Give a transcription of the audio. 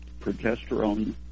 progesterone